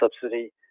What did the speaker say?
subsidy